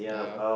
ya